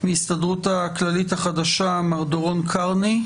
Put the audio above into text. מההסתדרות הכללית החדשה: מר דורון קרני,